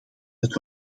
het